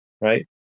right